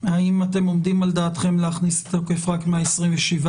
האם אתם עומדים על דעתכם להכניס לתוקף רק מה-27?